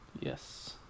Yes